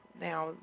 Now